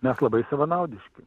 mes labai savanaudiški